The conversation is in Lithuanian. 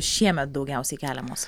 šiemet daugiausiai keliamos